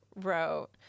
wrote